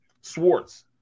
Swartz